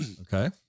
Okay